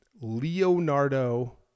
Leonardo